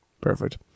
Perfect